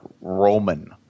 Roman